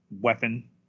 weapon